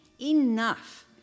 Enough